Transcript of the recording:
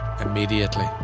immediately